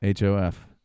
HOF